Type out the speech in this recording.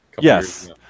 Yes